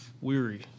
weary